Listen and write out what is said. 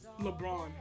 LeBron